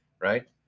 Right